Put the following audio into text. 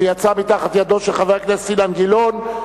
שיצא מתחת ידו של חבר הכנסת אילן גילאון,